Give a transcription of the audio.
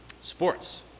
sports